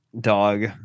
dog